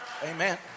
Amen